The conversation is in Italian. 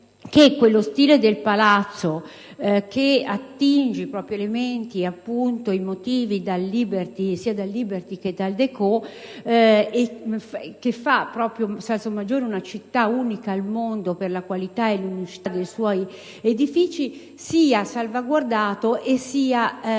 che lo stile del palazzo, che attinge i propri elementi e i propri motivi sia dal liberty che dal déco e che rende Salsomaggiore una città unica al mondo per la qualità e l'unicità dei suoi edifici, sia salvaguardato e sia